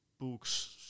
books